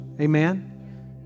Amen